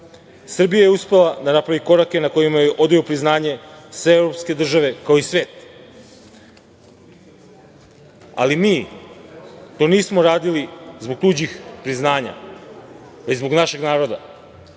Srbija je uspela da napravi korake na kojima joj odaju priznanje sve evropske države, kao i svet. Ali, mi to nismo radili zbog tuđih priznanja, već zbog našeg naroda